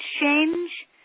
change